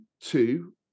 two